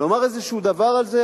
לומר איזשהו דבר על זה?